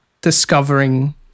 discovering-